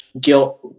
guilt